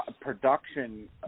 production